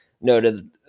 noted